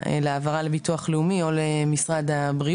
ולא להגיד עכשיו כל המשאבים הולכים למערכת הבריאות או לבתי החולים.